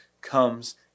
comes